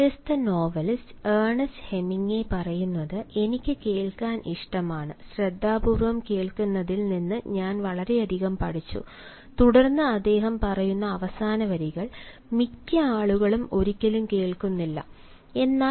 പ്രശസ്ത novelist Ernest Hemingway പറയുന്നത് "എനിക്ക് കേൾക്കാൻ ഇഷ്ടമാണ് ശ്രദ്ധാപൂർവ്വം കേൾക്കുന്നതിൽ നിന്ന് ഞാൻ വളരെയധികം പഠിച്ചു" തുടർന്ന് അദ്ദേഹം പറയുന്ന അവസാന വരികൾ "മിക്ക ആളുകളും ഒരിക്കലും കേൾക്കുന്നില്ല"